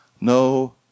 no